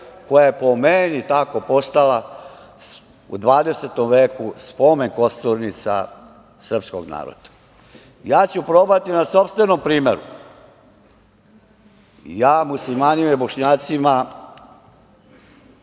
koja je po meni tako postala u 20. veku spomen kosturnica srpskog naroda. Ja ću probati na sopstvenom primeru i ja muslimanima i bošnjacima,